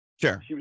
Sure